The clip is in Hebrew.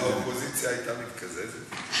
מקזזים, האופוזיציה הייתה מתקזזת.